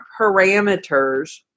parameters